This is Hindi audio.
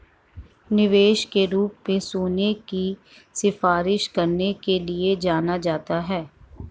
निवेश के रूप में सोने की सिफारिश करने के लिए जाना जाता है